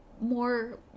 more